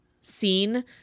scene